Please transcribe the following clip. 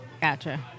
Gotcha